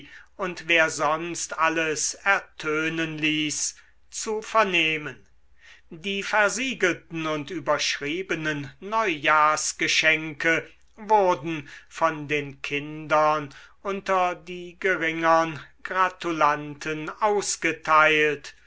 und wer sonst alles ertönen ließ zu vernehmen die versiegelten und überschriebenen neujahrsgeschenke wurden von den kindern unter die geringern gratulanten ausgeteilt